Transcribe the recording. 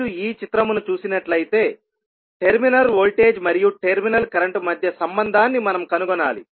మీరు ఈ చిత్రమును చూసినట్లయితే టెర్మినల్ వోల్టేజ్ మరియు టెర్మినల్ కరెంట్ మధ్య సంబంధాన్ని మనం కనుగొనాలి